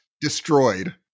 destroyed